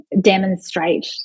demonstrate